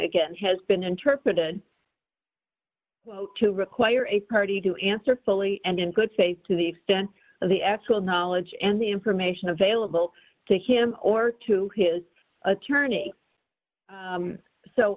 again has been interpreted well to require a party to answer fully and in good faith to the extent of the actual knowledge and the information available to him or to his attorney